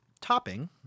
topping